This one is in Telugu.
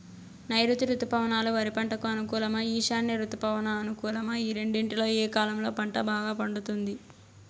నైరుతి రుతుపవనాలు వరి పంటకు అనుకూలమా ఈశాన్య రుతుపవన అనుకూలమా ఈ రెండింటిలో ఏ కాలంలో పంట బాగా పండుతుంది?